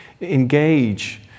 engage